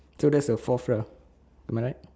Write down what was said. so that's the fourth lah am I right